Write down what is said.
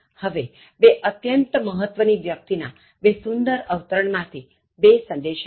હવે બે અત્યંત મહત્ત્વ ની વ્યક્તિ ના બે સુંદર અવતરણ માં થી બે સંદેશા જોઇએ